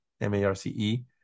M-A-R-C-E